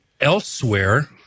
elsewhere